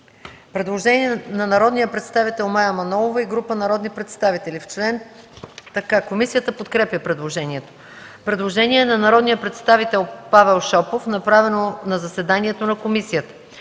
предложение от народния представител Мая Манолова и група народни представители, което комисията подкрепя. Има предложение от народния представител Павел Шопов, направено на заседание на комисията: